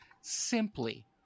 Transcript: simply